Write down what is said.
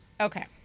Okay